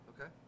Okay